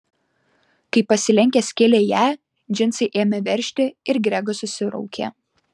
kai pasilenkęs kėlė ją džinsai ėmė veržti ir gregas susiraukė